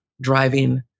driving